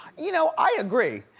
you know, i agree.